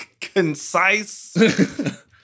concise